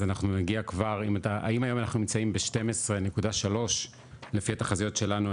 אז אם היום אנחנו נמצאים ב- 12.3 לפי התחזיות שלנו,